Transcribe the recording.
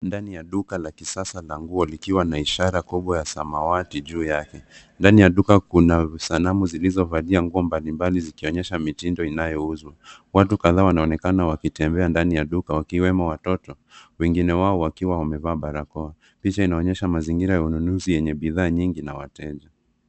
Ndani ya duka la kisasa la nguo likiwa na ishara kubwa ya samawati juu yake. Ndani ya duka kuna sanamu zilizovalia nguo mbalimbali zikionyesha mitindo inayouzwa. Watu kadhaa wanaonekana wakitembea ndani ya duka, wakiwemo watoto wengine wao wakiwa wamevalia barakoa. Picha inaonyesha mazingira ya ununuzi yenye bidhaa nyingi na watu wengi.